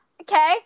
Okay